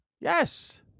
Yes